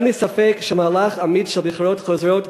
אין לי ספק שמהלך אמיץ של בחירות חוזרות